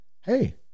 hey